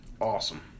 awesome